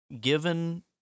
given